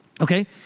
Okay